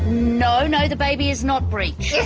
no, no the baby is not breach. yes